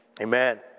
amen